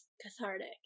cathartic